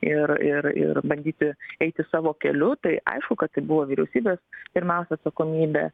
ir ir ir bandyti eiti savo keliu tai aišku kad tai buvo vyriausybės pirmiausia atsakomybė